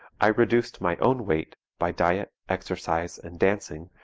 i reduced my own weight, by diet, exercise, and dancing,